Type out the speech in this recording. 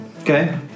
Okay